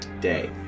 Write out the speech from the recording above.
day